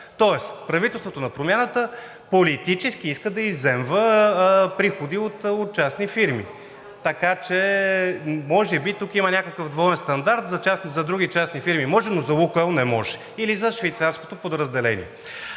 Тоест правителството на Промяната политически иска да изземва приходи от частни фирми, така че може би тук има някакъв двоен стандарт – за други частни фирми може, но за „Лукойл“ не може или за швейцарското подразделение.